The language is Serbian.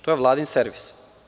To je Vladin servis.